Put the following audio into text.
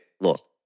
look